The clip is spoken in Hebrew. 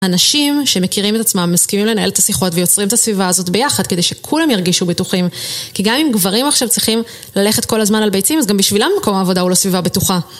אנשים שמכירים את עצמם, מסכימים לנהל את השיחות ויוצרים את הסביבה הזאת ביחד כדי שכולם ירגישו בטוחים, כי גם אם גברים עכשיו צריכים ללכת כל הזמן על ביצים אז גם בשבילם מקום העבודה הוא לא סביבה בטוחה